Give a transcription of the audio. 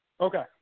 Okay